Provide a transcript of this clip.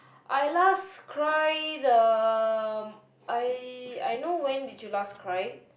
I last cry the I I know when did you last cry